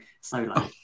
solo